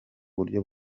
buryo